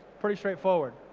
pretty straightforward.